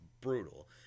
brutal